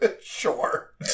Sure